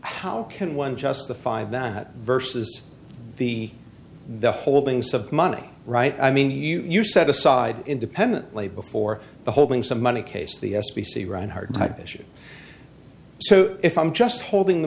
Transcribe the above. how can one justify that versus the the holdings of money right i mean you've set aside independently before the holding some money case the s b c reinhard type issue so if i'm just holding the